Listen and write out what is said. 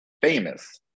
famous